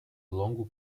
longo